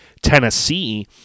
Tennessee